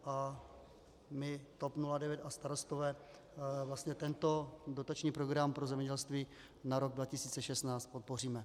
A my, TOP 09 a Starostové, vlastně tento dotační program zemědělství na rok 2016 podpoříme.